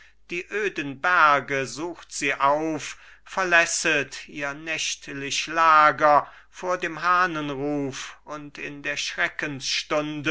die öden berge sucht sie auf verlässet ihr nächtlich lager vor dem hahnenruf und in der